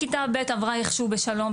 כיתה ב' עברה איכשהו בשלום,